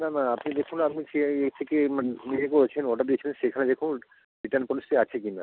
না না আপনি দেখুন আপনি সিআইএসএপি মানে যেখানে বলছিলেন অর্ডার দিয়েছিলেন সেখানে দেখুন রিটার্ন পলিসি আছে কি না